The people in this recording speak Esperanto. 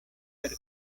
per